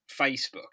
Facebook